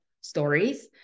stories